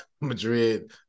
Madrid